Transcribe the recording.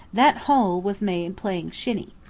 that hole was made playing shinny.